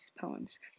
poems